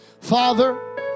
Father